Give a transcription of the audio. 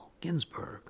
Ginsburg